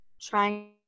trying